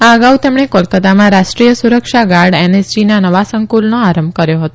આ અગાઉ તેમણે કોલકત્તામાં રાષ્ટ્રીય સુરક્ષા ગાર્ડ એનએસજીના નવા સંકુલનો આરંભ કર્યો હતો